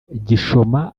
gishoma